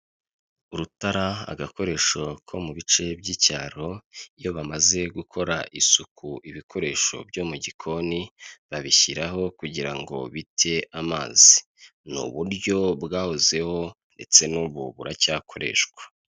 Urutara agakoresho ko mu bice by'icyaro iyo bamaze gukora isuku ibikoresho byo mu gikoni babishyiraho kugira ngo bite amazi. Ni uburyo bwahozeho ndetse n'ubu buracyakoreshwa.